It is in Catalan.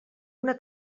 una